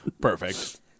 Perfect